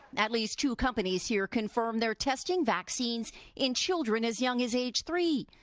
at least two companies here confirm they're testing vaccines in children as young as age three.